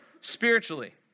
spiritually